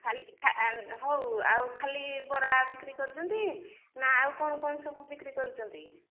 ଖାଲି ହଉ ଆଉ ଖାଲି ବରା ବିକ୍ରି କରୁଛନ୍ତି ନା ଆଉ କ'ଣ କ'ଣ ସବୁ ବିକ୍ରି କରୁଛନ୍ତି